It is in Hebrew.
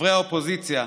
חברי האופוזיציה,